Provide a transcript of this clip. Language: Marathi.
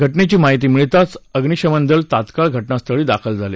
घटनेची माहिती मिळताच अग्निशमन दल तात्काळ घटनास्थळी दाखल झाले